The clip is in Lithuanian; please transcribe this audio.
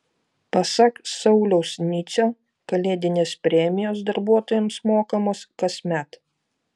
pasak sauliaus nicio kalėdinės premijos darbuotojams mokamos kasmet